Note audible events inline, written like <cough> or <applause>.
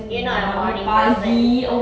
you're not a morning person <laughs>